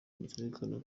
muzirikane